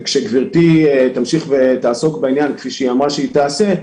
כשגברתי תמשיך ותעסוק בעניין כפי שהיא אמרה שהיא תעשה,